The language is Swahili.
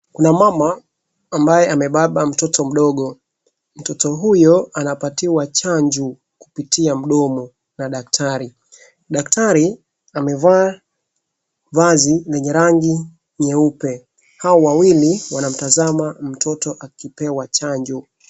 Kuna mama ambaye amebaba mtoto mdogo. Mtoto huyo anapatiwa chanjo kupitia mdomo na daktari. Daktari amevaa vazi lenye rangi nyeupe. Hawa wawili wanamtazama mtoto akipewa chanjo.